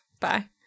bye